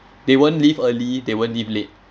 they won't leave early they won't leave late